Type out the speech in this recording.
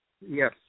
Yes